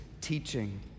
teaching